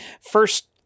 first